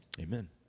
Amen